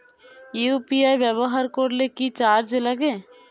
UPI ব্যবহার করলে কি চার্জ লাগে?